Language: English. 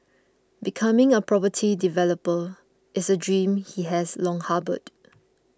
becoming a property developer is a dream he has long harboured